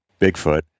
Bigfoot